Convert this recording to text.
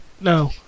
No